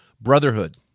brotherhood